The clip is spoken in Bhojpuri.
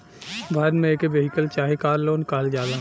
भारत मे एके वेहिकल चाहे कार लोन कहल जाला